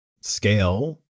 scale